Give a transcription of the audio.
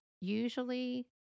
usually